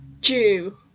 Jew